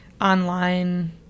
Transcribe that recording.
online